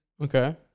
Okay